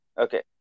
Okay